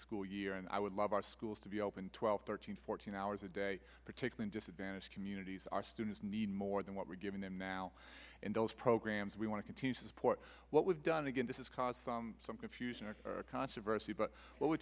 school year and i would love our schools to be open twelve thirteen fourteen hours a day particularly disadvantaged communities our students need more than what we're giving them now in those programs we want to continue to support what we've done again this is caused some confusion and controversy but w